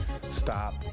stop